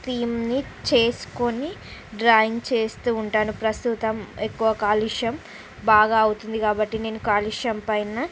థీమ్ని చేసుకుని డ్రాయింగ్ చేస్తూ ఉంటాను ప్రస్తుతం ఎక్కువ కాలుష్యం బాగా అవుతుంది కాబట్టి నేను కాలుష్యం పైనా